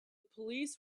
police